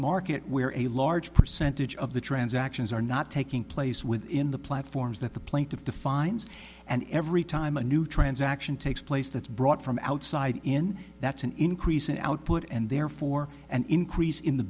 market where a large percentage of the transactions are not taking place within the platforms that the plaintiff defines and every time a new transaction takes place that's brought from outside in that's an increase in output and therefore an increase in the